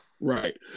Right